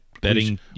betting